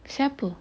siapa